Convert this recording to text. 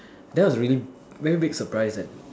that was a really very big surprise that